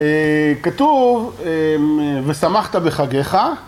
כתוב, ושמחת בחגך.